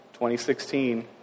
2016